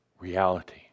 reality